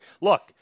Look